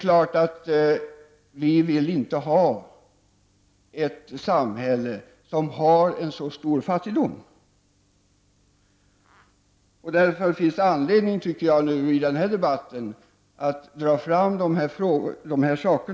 Självfallet vill vi inte ha ett samhälle där en så stor andel av människorna är fattiga. Det finns enligt min mening anledning att i denna debatt peka på detta förhållande.